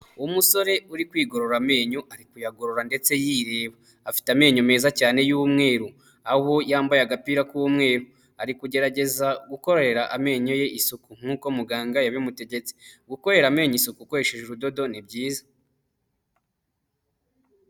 Umusore uri kwigorora amenyo ari kuyagorora ndetse yirebaba, afite amenyo meza cyane y'umweru aho yambaye agapira k'umweru, ari kugerageza gukorera amenyo ye isuku nkuko muganga yabimutegetse, gukorera amenyo isuku ukoresheje ubudodo ni byiza.